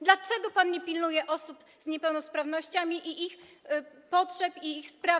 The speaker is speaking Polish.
Dlaczego pan nie pilnuje osób z niepełnosprawnościami, ich potrzeb i ich spraw?